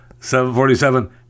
747